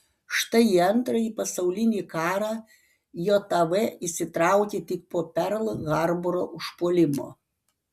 štai į antrąjį pasaulinį karą jav įsitraukė tik po perl harboro užpuolimo